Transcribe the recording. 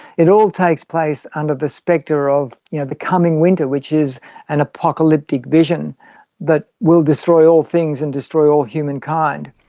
it all takes place under the spectre of you know the coming winter, which is an apocalyptic vision that will destroy all things and destroy all humankind.